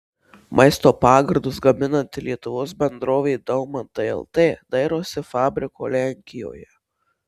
maisto pagardus gaminanti lietuvos bendrovė daumantai lt dairosi fabriko lenkijoje